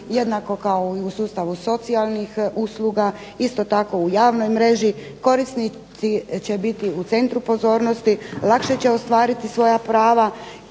jednako kao i u sustavu socijalnih usluga. Isto tako u javnoj mreži. Korisnici će biti u centru pozornosti, lakše će ostvariti svoja prava.